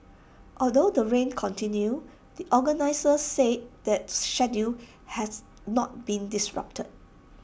although the rain continued the organisers said the schedule has not been disrupted